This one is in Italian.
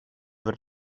per